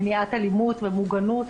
של מניעת אלימות ומוגנות.